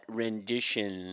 rendition